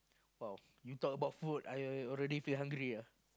!wow! you talk about food I I already feel hungry ah